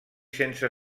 sense